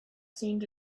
seemed